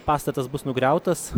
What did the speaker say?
pastatas bus nugriautas